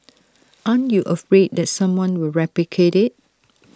aren't you afraid that someone will replicate IT